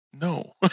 No